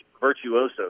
virtuoso